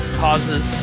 causes